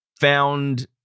found